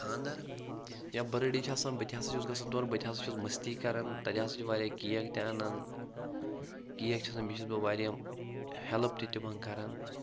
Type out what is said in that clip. خانٛدر یا بٔرٕڈے چھِ آسان بہٕ تہِ ہسا چھُس گژھان تور بہٕ تہِ ہسا چھُس مستی کران تَتہِ ہسا چھِ واریاہ کیک تہِ اَنان کیک چھِ آسان بیٚیہِ چھُس بہٕ واریاہ ہٮ۪لٕپ تہِ تِمن کَران